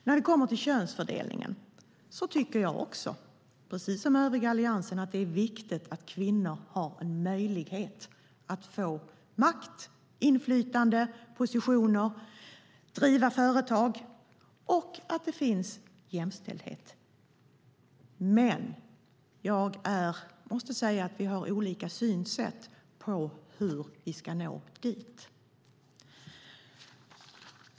När det kommer till könsfördelningen tycker jag precis som övriga Alliansen att det är viktigt att kvinnor har möjlighet att få makt, inflytande och positioner, att de har möjlighet driva företag och att det finns jämställdhet. Jag måste dock säga att vi har olika syn på hur vi ska nå dit.